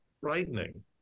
frightening